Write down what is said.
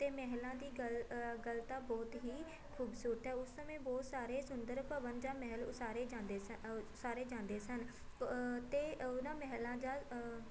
ਅਤੇ ਮਹਿਲਾਂ ਦੀ ਗੱਲ ਗੱਲ ਤਾਂ ਬਹੁਤ ਹੀ ਖੂਬਸੂਰਤ ਹੈ ਉਸ ਸਮੇਂ ਬਹੁਤ ਸਾਰੇ ਸੁੰਦਰ ਭਵਨ ਜਾਂ ਮਹਿਲ ਉਸਾਰੇ ਜਾਂਦੇ ਸ ਉਸਾਰੇ ਜਾਂਦੇ ਸਨ ਅਤੇ ਉਹਨਾਂ ਮਹਿਲਾਂ ਜਾਂ